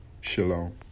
Shalom